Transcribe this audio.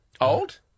Old